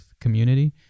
community